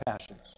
passions